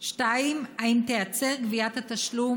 2. האם תיעצר מיידית גביית התשלום?